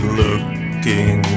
looking